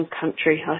country